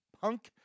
Punk